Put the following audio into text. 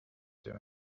doing